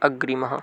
अग्रिमः